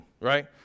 right